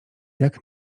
jak